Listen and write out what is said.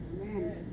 Amen